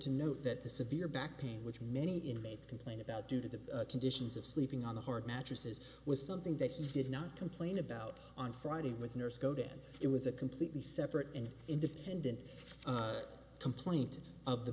to note that the severe back pain which many inmates complain about due to the conditions of sleeping on the hard mattresses was something that he did not complain about on friday with the nurse go down it was a completely separate and independent complaint of the